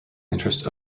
interest